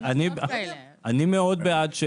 אני מאוד בעד.